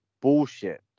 bullshit